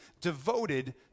devoted